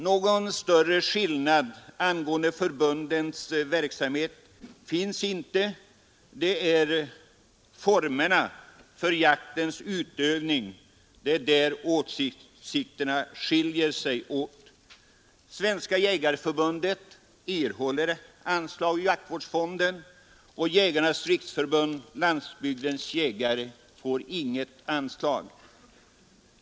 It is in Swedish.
Någon större skillnad i förbundens verksamhet finns inte. Det är när det gäller formerna för jaktens utövande som åsikterna går isär. Svenska jägareförbundet erhåller anslag ur jaktvårdsfonden, och Jägarnas riksförbund-Landsbygdens jägare får inget anslag.